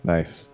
Nice